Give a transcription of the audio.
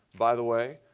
by the way.